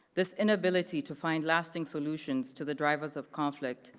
this inability to find lasting solutions to the drivers of conflict,